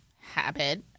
habit